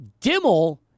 Dimmel